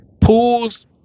Pools